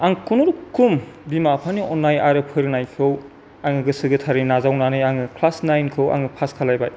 आं खुनुरोखोम बिमा बिफानि अननाय आरो फोरोंनायखौ आङो गोसो गोथारै नाजावनानै आङो क्लास नाइनखौ आङो पास खालामबाय